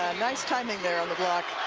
nice timing there on the block